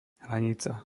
hranica